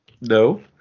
no